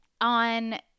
on